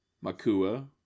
Makua